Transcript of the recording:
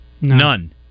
None